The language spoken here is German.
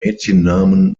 mädchennamen